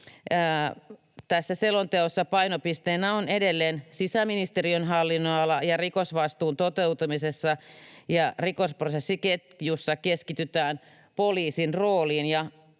tässä selonteossa painopisteenä on edelleen sisäministeriön hallinnonala ja rikosvastuun toteutumisessa ja rikosprosessiketjussa keskitytään poliisin rooliin.